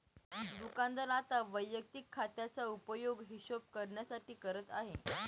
दुकानदार आता वैयक्तिक खात्याचा उपयोग हिशोब करण्यासाठी करत आहे